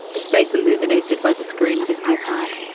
his face illuminated by the screen of his ipad.